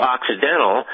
Occidental